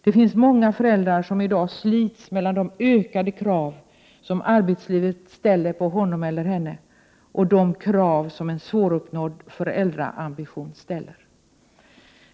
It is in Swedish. Det finns många föräldrar som i dag slits mellan de ökade krav som arbetslivet ställer på dem och de krav som en svåruppnådd föräldraambition ställer.